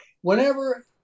whenever